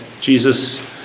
Jesus